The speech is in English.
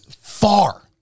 far